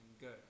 good